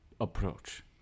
approach